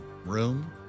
Room